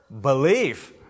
Belief